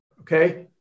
okay